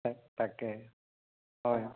তাক তাকে হয় হয়